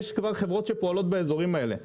יש כבר חברות שפועלות באזורים האלה.